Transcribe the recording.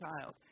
child